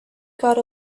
got